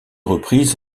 reprises